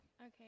Okay